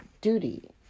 duty